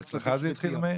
אצלך זה התחיל, מאיר?